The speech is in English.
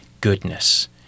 goodness